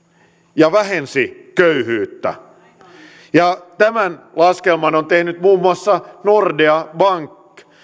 ja vähensi köyhyyttä tämän laskelman on tehnyt muun muassa nordea bank